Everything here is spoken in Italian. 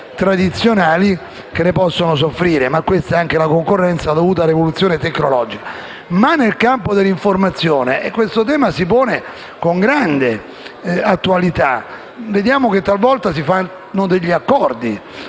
reti commerciali tradizionali che ne possono soffrire, ma questa è anche la concorrenza dovuta all'evoluzione tecnologica. Ma nel campo dell'informazione questo tema si pone con grande attualità. Vediamo che talvolta si fanno degli accordi.